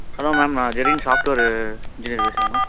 hello ma'am நான் Jerin software engineer பேசுகிறேங்க ma'am